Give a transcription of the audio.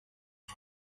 явж